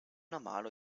normalo